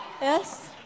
Yes